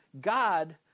God